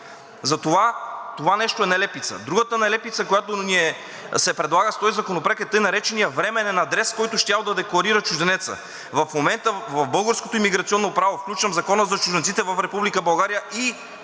Затова това нещо е нелепица. Другата нелепица, която ни се предлага с този законопроект, е така нареченият временен адрес, който щял да декларира чужденецът. В момента в българското имиграционно право, включвам Закона за чужденците в